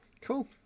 cool